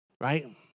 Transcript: right